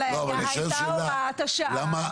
הייתה הוראת שעה.